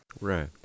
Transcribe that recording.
Right